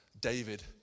David